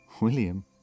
William